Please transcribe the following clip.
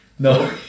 No